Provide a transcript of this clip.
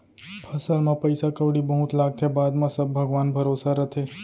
फसल म पइसा कउड़ी बहुत लागथे, बाद म सब भगवान भरोसा रथे